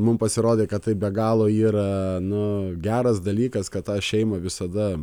mum pasirodė kad tai be galo yra nu geras dalykas kad tą šeimą visada